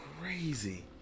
crazy